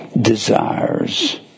desires